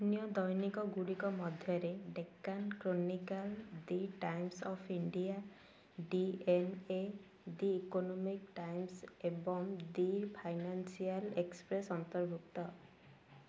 ଅନ୍ୟ ଦୈନିକ ଗୁଡ଼ିକ ମଧ୍ୟରେ Deccan chronicle the Times of India D N A the Economic Times ଏବଂ ଦି ଫାଇନାନ୍ସିଆଲ୍ ଏକ୍ସପ୍ରେସ୍ ଅନ୍ତର୍ଭୁକ୍ତ